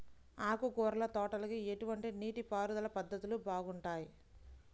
ఆకుకూరల తోటలకి ఎటువంటి నీటిపారుదల పద్ధతులు బాగుంటాయ్?